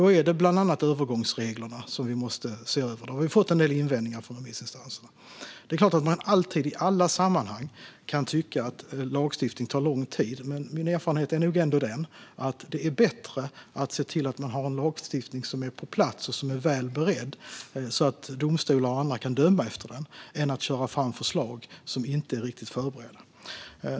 Då är det bland annat övergångsreglerna som vi måste se över; vi har fått en del invändningar från remissinstanserna. Det är klart att man alltid och i alla sammanhang kan tycka att lagstiftning tar lång tid, men min erfarenhet är att det nog ändå är bättre att se till att man har en lagstiftning på plats som är väl beredd, så att domstolar och andra kan döma efter den, än att köra fram förslag som inte är riktigt förberedda.